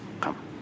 come